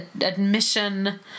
admission